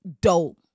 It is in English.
dope